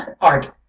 Art